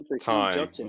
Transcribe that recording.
time